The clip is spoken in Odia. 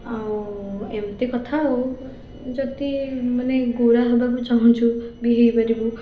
ଆଉ ଏମିତି କଥା ଆଉ ଯଦି ମାନେ ଗୁରା ହେବାକୁ ଚାହୁଁଛୁ ବି ହେଇପାରିବୁ